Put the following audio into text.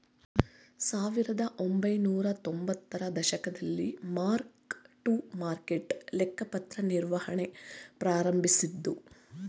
ಸಾವಿರದಒಂಬೈನೂರ ತೊಂಬತ್ತರ ದಶಕದಲ್ಲಿ ಮಾರ್ಕ್ ಟು ಮಾರ್ಕೆಟ್ ಲೆಕ್ಕಪತ್ರ ನಿರ್ವಹಣೆ ಪ್ರಾರಂಭಿಸಿದ್ದ್ರು